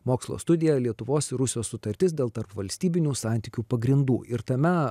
mokslo studiją lietuvos ir rusijos sutartis dėl tarpvalstybinių santykių pagrindų ir tame